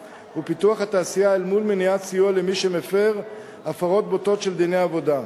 ופיתוח התעשייה אל מול מניעת סיוע למי שמפר הפרות בוטות של דיני עבודה.